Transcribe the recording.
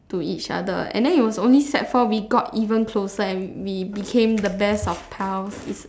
to each other and then it was only sec four we got even closer and we became the best of pals is